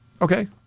Okay